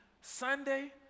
Sunday